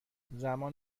زمان